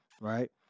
right